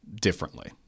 differently